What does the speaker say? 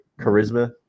charisma